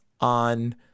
on